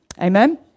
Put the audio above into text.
Amen